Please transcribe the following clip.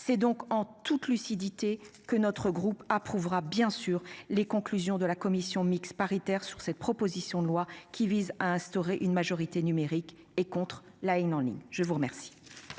C'est donc en toute lucidité que notre groupe approuvera bien sûr les conclusions de la commission mixte paritaire sur cette proposition de loi qui vise à instaurer une majorité numérique et contre la haine en ligne je vous faire.